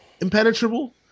impenetrable